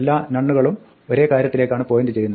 എല്ലാ നൺ കളും ഒരേ കാര്യത്തിലേക്കാണ് പോയിന്റ് ചെയ്യുന്നത്